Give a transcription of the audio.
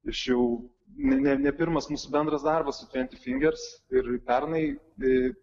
iš jau ne ne pirmas mūsų bendras darbas su tventi fingers ir pernai tai